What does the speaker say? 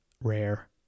rare